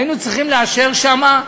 היינו צריכים לאשר שם,